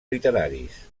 literaris